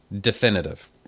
definitive